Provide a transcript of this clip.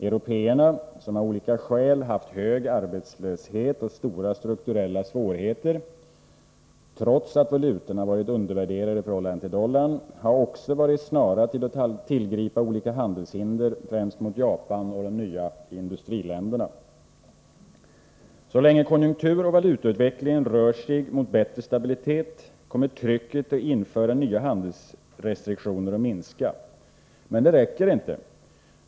Européerna som av olika skäl haft hög arbetslöshet och stora strukturella svårigheter — trots att valutorna varit undervärderade i förhållande till dollarn — har också varit snara att tillgripa olika handelshinder främst mot Japan och de nya industriländerna. Så länge konjunkturoch valutautvecklingen rör sig mot bättre stabilitet kommer trycket att införa nya handelsrestriktioner att minska. Men det räcker inte.